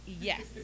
yes